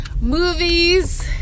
movies